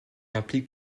implique